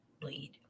bleed